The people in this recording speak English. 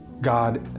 God